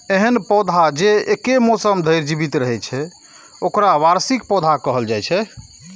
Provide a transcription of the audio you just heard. एहन पौधा जे एके मौसम धरि जीवित रहै छै, ओकरा वार्षिक पौधा कहल जाइ छै